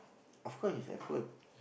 of course it's awkward